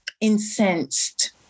incensed